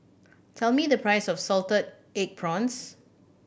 tell me the price of salted egg prawns